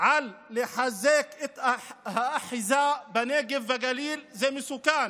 על לחזק את האחיזה בנגב ובגליל, זה מסוכן,